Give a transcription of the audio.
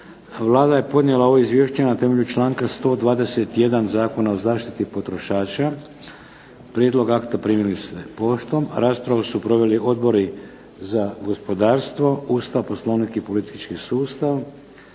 Vlada je podnijela ovo izvješće na temelju članka 121. Zakona o zaštiti potrošača. Prijedlog akta primili ste poštom. Raspravu su proveli Odbori za gospodarstvo, Ustav, Poslovnik i politički sustav,